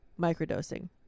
microdosing